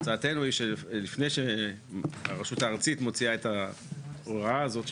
הצעתנו היא שלפני שהרשות הארצית מוציאה את ההוראה הזאת,